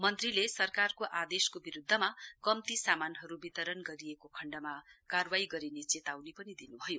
मन्त्रीले सरकारको आदेशको विरूद्धमा कम्ती सामानहरू वितरण गरिएको खण्डमा कार्रवाई गरिने चेताउनी पनि दिनुभयो